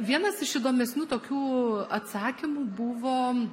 vienas iš įdomesnių tokių atsakymų buvo